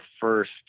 first